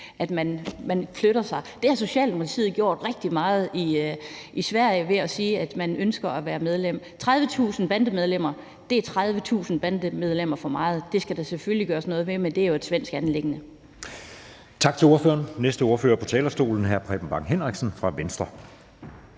at man flytter sig. Det har Socialdemokratiet gjort rigtig meget i Sverige ved at sige, at man ønsker at være medlem. 30.000 bandemedlemmer er 30.000 bandemedlemmer for meget. Det skal der selvfølgelig gøres noget ved, men det er jo et svensk anliggende.